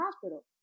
hospital